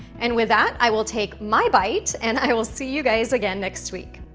and with that, i will take my bite and i will see you guys again next week.